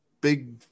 big